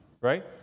right